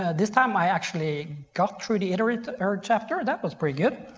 ah this time i actually got through the iterator chapter. that was pretty good